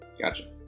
Gotcha